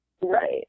Right